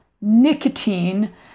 nicotine